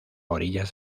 orillas